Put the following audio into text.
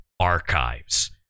archives